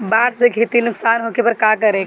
बाढ़ से खेती नुकसान होखे पर का करे?